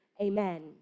Amen